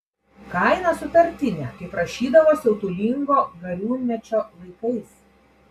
kaina sutartinė kaip rašydavo siautulingo gariūnmečio laikais